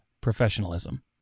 professionalism